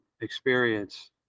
experience